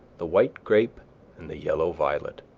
the white grape and the yellow violet,